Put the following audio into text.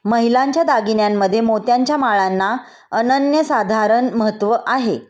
महिलांच्या दागिन्यांमध्ये मोत्याच्या माळांना अनन्यसाधारण महत्त्व आहे